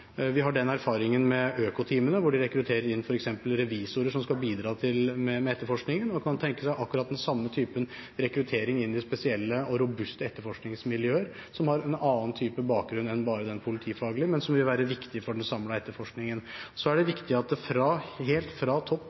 Vi har den erfaringen med økoteamene, hvor de rekrutterer inn f.eks. revisorer som skal bidra med etterforskningen, og man kan tenke seg akkurat den samme typen rekruttering inn i spesielle og robuste etterforskningsmiljøer som har en annen type bakgrunn enn bare den politifaglige, men som vil være viktig for den samlede etterforskningen. Så er det viktig at det helt fra topp